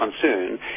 concern